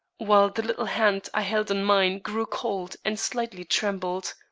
while the little hand i held in mine grew cold and slightly trembled.